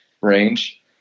range